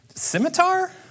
Scimitar